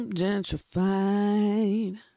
gentrified